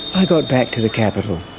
i got back to the capital,